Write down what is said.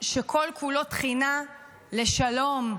שכל-כולו תחינה לשלום,